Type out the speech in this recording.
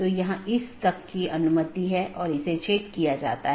तो यह पूरी तरह से मेष कनेक्शन है